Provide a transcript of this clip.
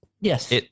yes